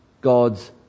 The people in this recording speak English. God's